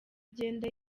igenda